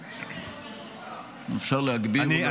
האם אפשר להגביר?